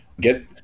get